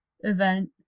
event